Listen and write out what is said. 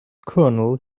kernel